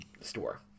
store